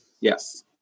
Yes